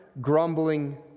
grumbling